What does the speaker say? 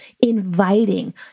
inviting